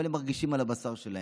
אבל הם מרגישים על הבשר שלהם.